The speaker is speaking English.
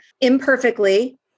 imperfectly